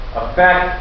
affect